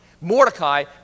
Mordecai